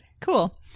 cool